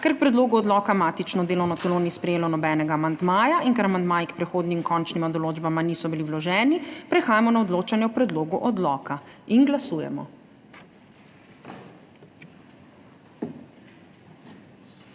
k predlogu odloka matično delovno telo ni sprejelo nobenega amandmaja in ker amandmaji k prehodnim končnima določbama niso bili vloženi, prehajamo na odločanje o predlogu odloka. Glasujemo.